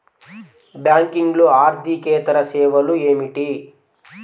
బ్యాంకింగ్లో అర్దికేతర సేవలు ఏమిటీ?